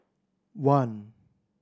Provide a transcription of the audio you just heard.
one